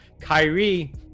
Kyrie